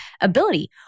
ability